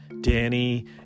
Danny